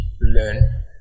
learn